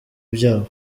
byabo